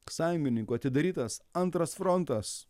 sąjungininkų atidarytas antras frontas